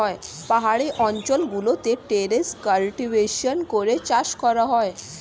পাহাড়ি অঞ্চল গুলোতে টেরেস কাল্টিভেশন করে চাষ করা হয়